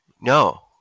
No